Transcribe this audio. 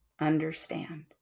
understand